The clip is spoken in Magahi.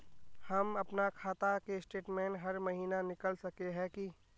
हम अपना खाता के स्टेटमेंट हर महीना निकल सके है की?